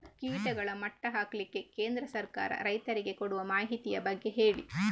ಕೀಟಗಳ ಮಟ್ಟ ಹಾಕ್ಲಿಕ್ಕೆ ಕೇಂದ್ರ ಸರ್ಕಾರ ರೈತರಿಗೆ ಕೊಡುವ ಮಾಹಿತಿಯ ಬಗ್ಗೆ ಹೇಳಿ